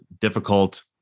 difficult